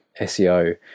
SEO